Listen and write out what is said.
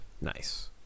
Nice